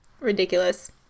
Ridiculous